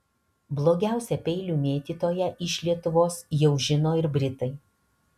blogiausią peilių mėtytoją iš lietuvos jau žino ir britai